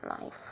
Life